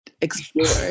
explore